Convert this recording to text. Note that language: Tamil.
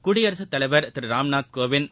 குடியரசுத் தலைவர் திரு ராம்நாத் கோவிந்த்